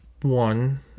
one